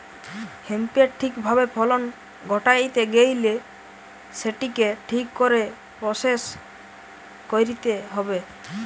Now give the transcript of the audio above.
হেম্পের ঠিক ভাবে ফলন ঘটাইতে গেইলে সেটিকে ঠিক করে প্রসেস কইরতে হবে